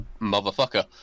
motherfucker